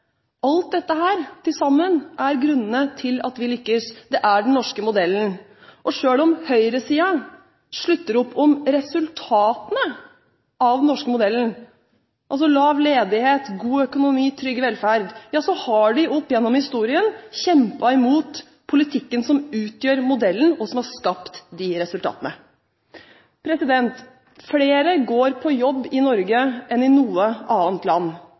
Alt dette til sammen er grunnen til at vi lykkes. Det er den norske modellen. Selv om høyresiden slutter opp om resultatene av den norske modellen, altså lav ledighet, god økonomi, trygg velferd, har de oppigjennom historien kjempet imot politikken som utgjør modellen, og som har skapt resultatene. Flere går på jobb i Norge enn i noe annet land.